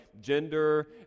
gender